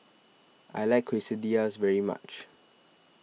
I like Quesadillas very much